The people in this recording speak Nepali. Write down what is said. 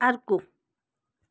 अर्को